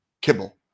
kibble